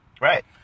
Right